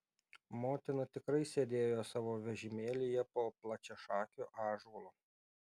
motina tikrai sėdėjo savo vežimėlyje po plačiašakiu ąžuolu